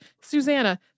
Susanna